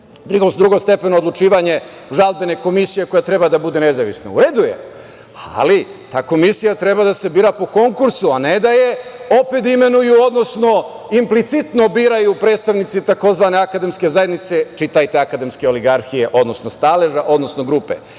drugostepeno odlučivanje žalbene komisije koja treba da bude nezavisna. U redu je, ali ta komisija treba da se bira po konkursu, a ne da je opet imenuju, odnosno implicitno biraju predstavnici tzv. akademske zajednice, čitajte akademske oligarhije, odnosno staleža, odnosno grupe. Dakle,